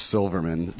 Silverman